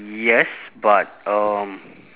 yes but um